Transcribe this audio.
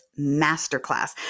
Masterclass